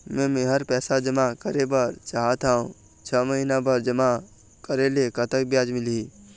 मे मेहर पैसा जमा करें बर चाहत हाव, छह महिना बर जमा करे ले कतक ब्याज मिलही?